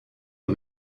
aux